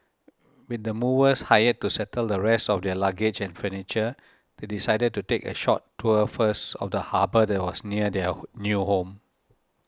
with the movers hired to settle the rest of their luggage and furniture they decided to take a short tour first of the harbour that was near their new home